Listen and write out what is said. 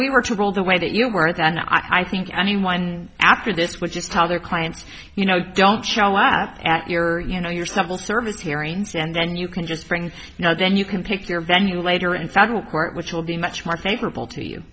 we were to roll the way that you were then i think anyone after this which is how their clients you know don't show up at your you know your civil service hearings and then you can just brings you know then you can pick your venue later in federal court which will be much more favorable to you